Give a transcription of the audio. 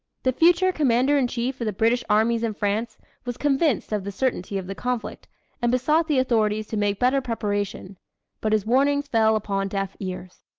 the future commander-in-chief of the british armies in france was convinced of the certainty of the conflict and besought the authorities to make better preparation but his warnings fell upon deaf ears.